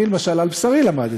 אני, למשל, על בשרי למדתי,